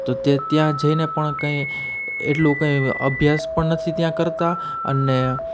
તો તે ત્યાં જઈને પણ કંઇ એટલું કંઇ અભ્યાસ પણ નથી ત્યાં કરતાં અને